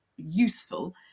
Useful